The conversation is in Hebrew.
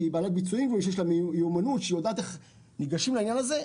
שהיא בעלת ביצועים או שיש לה מיומנות והיא יודעת איך לגשת לעניין הזה.